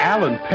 Alan